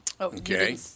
Okay